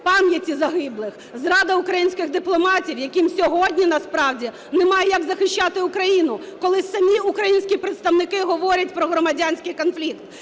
пам'яті загиблих, зрада українських дипломатів, яким сьогодні насправді немає як захищати Україну, коли самі українські представники говорять про громадянський конфлікт.